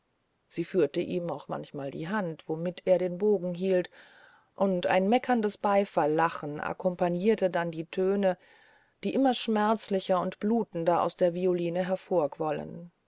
sie führten ihm auch manchmal die hand womit er den bogen hielt und ein meckerndes beifall lachen akkompagnierte dann die töne die immer schmerzlicher und blutender aus der violine